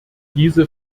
diese